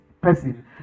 person